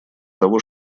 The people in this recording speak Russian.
того